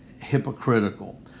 hypocritical